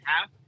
half